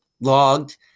logged